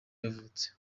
yavutse